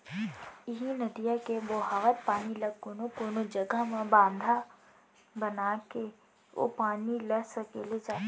इहीं नदिया के बोहावत पानी ल कोनो कोनो जघा म बांधा बनाके ओ पानी ल सकेले जाथे